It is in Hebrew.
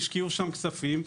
השקיעו שם כספים,